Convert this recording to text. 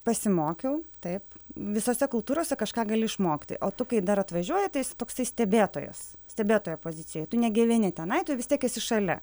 pasimokiau taip visose kultūrose kažką gali išmokti o tu kai dar atvažiuoji tai esi toksai stebėtojas stebėtojo pozicijoj tu negyveni tenai tu vis tiek esi šalia